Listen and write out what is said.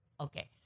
Okay